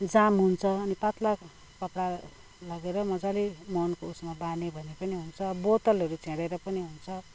जाम हुन्छ अनि पातला कपडा लागेर मजाले मुहानको उसमा बाँध्यो भने पनि हुन्छ बोतलहरू छेँडेर पनि हुन्छ